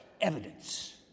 evidence